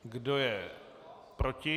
Kdo je proti?